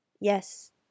Yes